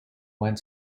went